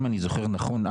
אם אני זוכר נכון,